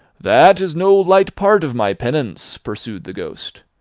that is no light part of my penance, pursued the ghost.